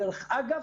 דרך אגב,